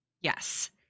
Yes